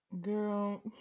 Girl